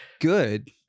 good